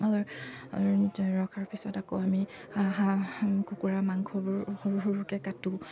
ৰখাৰ পিছত আকৌ আমি হাঁহ কুকুৰা মাংসবোৰ সৰু সৰুকৈ কাটো